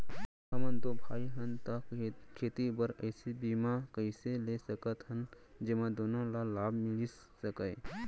हमन दू भाई हन ता खेती बर ऐसे बीमा कइसे ले सकत हन जेमा दूनो ला लाभ मिलिस सकए?